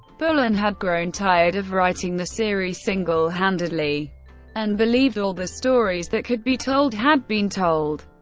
bullen had grown tired of writing the series single-handedly and believed all the stories that could be told had been told.